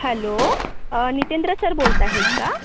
hello Nitendra sir बोलत आहेत का